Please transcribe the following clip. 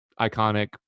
iconic